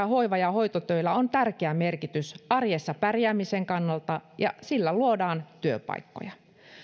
hoiva ja hoitotöillä on tärkeä merkitys arjessa pärjäämisen kannalta ja sillä luodaan työpaikkoja